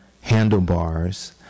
handlebars